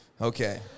Okay